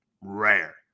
Rare